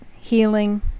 healing